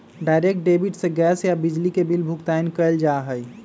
direct debit से gas या बिजली के बिल भुगतान कइल जा हई